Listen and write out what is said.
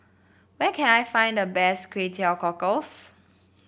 where can I find the best Kway Teow Cockles